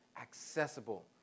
Accessible